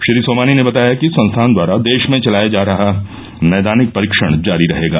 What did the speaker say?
श्री सोमानी ने बताया कि संस्थान द्वारा देश में चलाया जा रहा नैदानिक परीक्षण जारी रहेगा